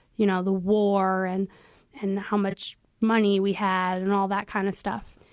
you know, the war and and how much money we had and all that kind of stuff.